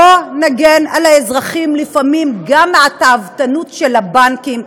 בואו נגן על האזרחים לפעמים גם מהתאוותנות של הבנקים,